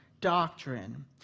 doctrine